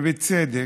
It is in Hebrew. ובצדק,